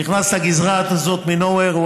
נכנס לגזרה הזאת מ-nowhere.